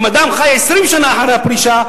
אם אדם חי 20 שנה אחרי הפרישה,